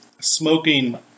smoking